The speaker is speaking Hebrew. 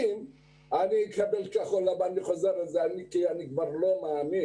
ואני חוזר, אם אקבל כחול לבן, ואני כבר לא מאמין,